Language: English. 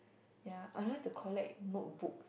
ya I like to collect notebook